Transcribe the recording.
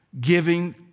Giving